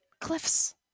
Cliffs